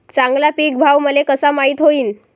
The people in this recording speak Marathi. चांगला पीक भाव मले कसा माइत होईन?